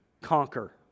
conquer